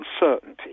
uncertainty